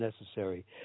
necessary